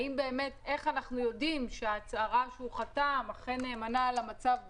איך אנחנו יודעים שההצהרה שהוא חתם אכן נאמנה למצב בפועל?